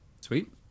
Sweet